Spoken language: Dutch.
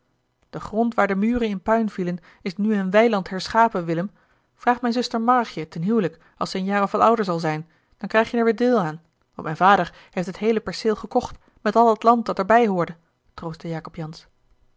de grond waar de muren in puin vielen is nu in weiland herschapen willem vraag mijne zuster marrigje ten hijlik als ze een jaar of wat ouder zal zijn dan krijg je er weêr deel aan want mijn vader heeft het heele perceel gekocht met al het land dat er bij hoorde troostte jacob jansz